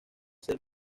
ser